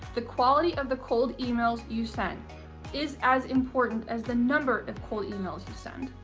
the quality of the cold emails you send is as important as the number of cold emails you send.